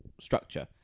structure